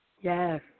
Yes